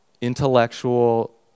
intellectual